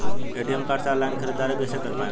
ATM card से online ख़रीदारी कइसे कर पाएम?